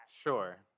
Sure